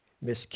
Miss